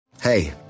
Hey